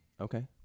Okay